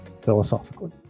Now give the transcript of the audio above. philosophically